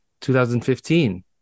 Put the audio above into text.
2015